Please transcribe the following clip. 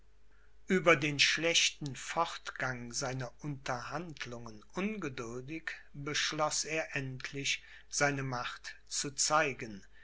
ueber den schlechten fortgang seiner unterhandlungen ungeduldig beschloß er endlich seine macht zu zeigen